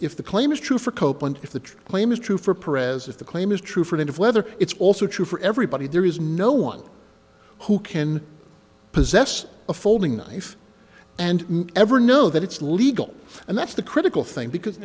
if the claim is true for copeland if the claim is true for prez if the claim is true for that of whether it's also true for everybody there is no one who can possess a folding knife and ever know that it's legal and that's the critical thing because